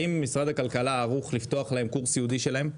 האם משרד הכלכלה ערוך לפתוח להם קורס ייעודי שלהם?